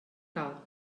cal